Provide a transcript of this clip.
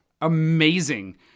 amazing